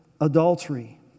adultery